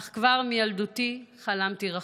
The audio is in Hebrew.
אך כבר מילדותי חלמתי רחוק.